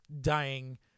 dying